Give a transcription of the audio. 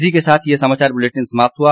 इसी के साथ ये समाचार बुलेटिन समाप्त हुआ